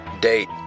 Date